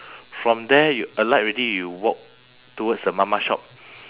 from there you alight already you walk towards the mama shop